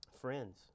friends